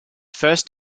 first